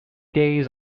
days